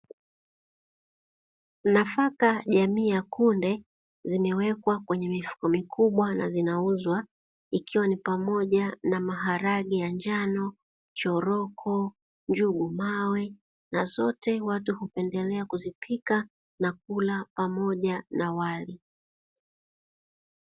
Nafaka jamii ya kunde, zimewekwa kwenye mifuko mikubwa na zinauzwa, ikiwa ni pamoja na maharage ya njano, choroko, njugu mawe na zote watu hupendelea kuzipika na kula pamoja na wali.